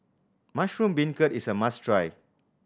mushroom beancurd is a must try